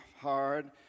hard